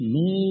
no